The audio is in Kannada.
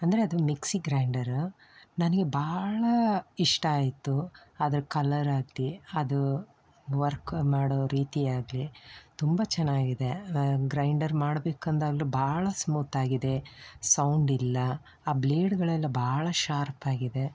ಅಂದರೆ ಅದು ಮಿಕ್ಸಿ ಗ್ರೈಂಡರ ನನಗೆ ಭಾಳ ಇಷ್ಟ ಆಯಿತು ಅದರ ಕಲರ್ ಆಗಲಿ ಅದು ವರ್ಕ ಮಾಡೋ ರೀತಿ ಆಗಲಿ ತುಂಬ ಚೆನ್ನಾಗಿದೆ ಗ್ರೈಂಡರ್ ಮಾಡ್ಬೇಕಂದಾಗ್ಲೂ ಭಾಳ ಸ್ಮೂತ್ ಆಗಿದೆ ಸೌಂಡ್ ಇಲ್ಲ ಆ ಬ್ಲೇಡ್ಗಳೆಲ್ಲ ಭಾಳ ಶಾರ್ಪ್ ಆಗಿದೆ